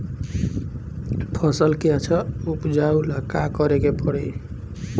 फसल के अच्छा उपजाव ला का करे के परी?